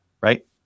right